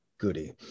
goody